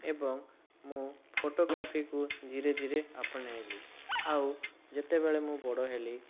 ଏବଂ ମୁଁ ଫୋଟଗ୍ରାଫିକୁ ଧୀରେ ଧୀରେ ଅପଣେଇଲି ଆଉ ଯେତେବେଳେ ମୁଁ ବଡ଼ ହେଲି